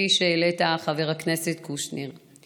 כפי שהעלית, חבר הכנסת קושניר.